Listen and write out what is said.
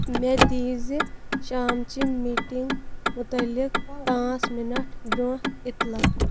مے دِیٖزِ شامچہِ مِٹیٖنٛگ مُتعلق پانٛژ مِنٹ برٛونٛہہ اِطلاع